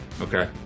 okay